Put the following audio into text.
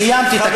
סיימתי את,